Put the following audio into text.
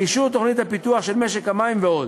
אישור תוכנית הפיתוח של משק המים ועוד.